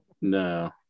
No